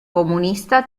comunista